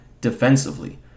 defensively